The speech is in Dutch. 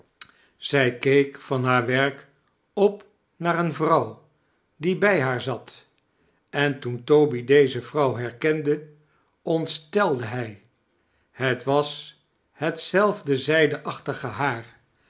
zij keek van haar werk op naar eene vrouw die bij haar zat en toen toby deze vrouw herkende ontstelde hij het was hetzelfde zijdeachtige haar